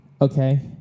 okay